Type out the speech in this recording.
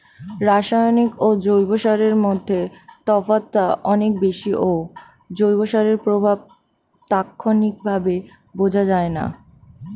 রাসায়নিক ও জৈব সারের মধ্যে তফাৎটা অনেক বেশি ও জৈব সারের প্রভাব তাৎক্ষণিকভাবে বোঝা যায়না